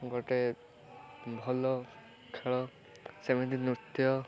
ଗୋଟେ ଭଲ ଖେଳ ସେମିତି ନୃତ୍ୟ